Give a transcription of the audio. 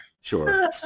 Sure